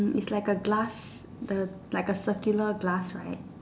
is like a glass a like a circular glass right